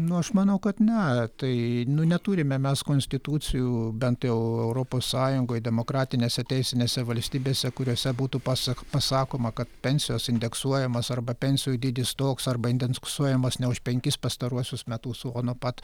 nu aš manau kad ne tai neturime mes konstitucijų bent jau europos sąjungoj demokratinėse teisinėse valstybėse kuriose būtų pasak pasakoma kad pensijos indeksuojamos arba pensijų dydis toks arba indenksuojamos ne už penkis pastaruosius metus o nuo pat